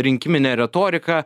rinkiminę retoriką